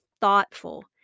thoughtful